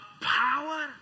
power